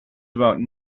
about